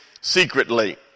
secretly